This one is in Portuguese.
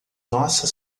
nossa